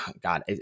god